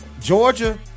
Georgia